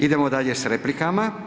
Idemo dalje s replikama.